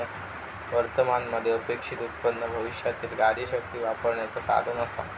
वर्तमान मध्ये अपेक्षित उत्पन्न भविष्यातीला कार्यशक्ती वापरण्याचा साधन असा